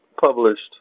published